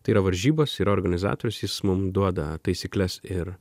tai yra varžybos yra organizatorius jis mum duoda taisykles ir